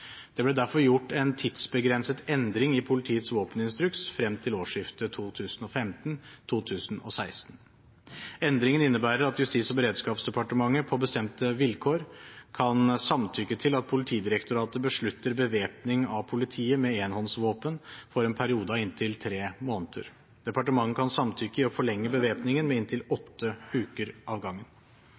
Det ble derfor gjort en tidsbegrenset endring i politiets våpeninstruks frem til årsskiftet 2015/2016. Endringen innebærer at Justis- og beredskapsdepartementet på bestemte vilkår kan samtykke til at Politidirektoratet beslutter bevæpning av politiet med enhåndsvåpen for en periode av inntil tre måneder. Departementet kan samtykke i å forlenge bevæpningen med inntil åtte uker av gangen.